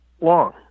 long